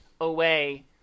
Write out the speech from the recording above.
away